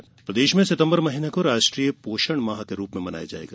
राष्ट्रीय पोषण माह प्रदेश में सितम्बर महीने को राष्ट्रीय पोषण माह के रूप में मनाया जायेगा